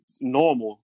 normal